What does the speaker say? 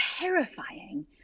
terrifying